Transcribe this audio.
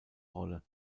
rolle